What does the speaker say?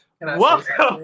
Welcome